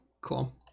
Cool